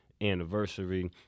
Anniversary